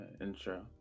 intro